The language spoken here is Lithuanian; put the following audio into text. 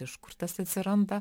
iš kur tas atsiranda